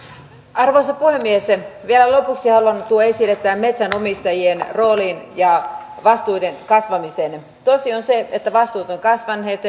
arvoisa puhemies vielä lopuksi haluan tuoda esille tämän metsänomistajien roolin ja vastuiden kasvamisen tosi on se että vastuut ovat kasvaneet